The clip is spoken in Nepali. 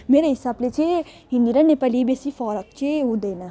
मेरो हिसाबले चाहिँ हिन्दी र नेपाली बेसी फरक चाहिँ हुँदैन